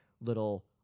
little